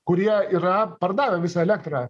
kurie yra pardavę visą elektrą